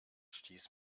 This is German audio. stieß